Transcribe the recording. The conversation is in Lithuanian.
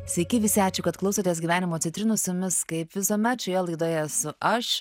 sveiki visi ačiū kad klausotės gyvenimo citrinų su jumis kaip visuomet šioje laidoje esu aš